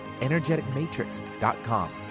energeticmatrix.com